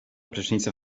prysznicem